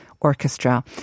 Orchestra